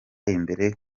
imbere